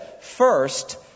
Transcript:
First